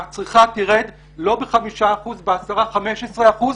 הצריכה תרד לא בחמישה אחוזים אלא ב-10 וב-15 אחוזים.